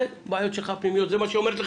אלו בעיות פנימיות שלך, זה מה שהיא אומרת.